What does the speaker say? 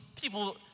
people